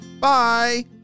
Bye